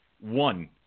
one